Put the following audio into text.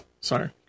Sorry